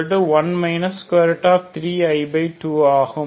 11 3i2 ஆகும்